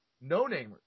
no-namers